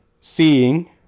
Seeing